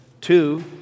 Two